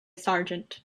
sergeant